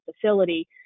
facility